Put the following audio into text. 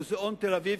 מוזיאון תל-אביב",